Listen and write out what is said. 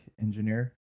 engineer